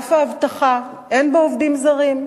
ענף האבטחה, אין בו עובדים זרים.